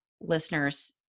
listeners